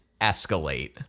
escalate